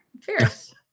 Fierce